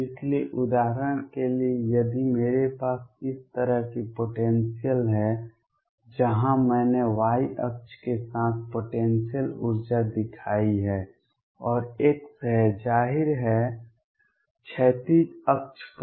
इसलिए उदाहरण के लिए यदि मेरे पास इस तरह की पोटेंसियल है जहां मैंने y अक्ष के साथ पोटेंसियल ऊर्जा दिखाई है और x है जाहिर है क्षैतिज अक्ष पर